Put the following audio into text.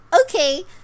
okay